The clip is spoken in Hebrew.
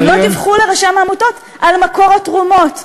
הם לא דיווחו לרשם העמותות על מקור התרומות.